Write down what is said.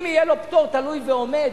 אם יהיה לו פטור תלוי ועומד,